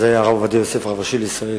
אז היה הרב עובדיה יוסף הרב הראשי לישראל,